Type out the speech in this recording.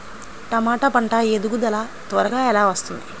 టమాట పంట ఎదుగుదల త్వరగా ఎలా వస్తుంది?